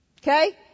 Okay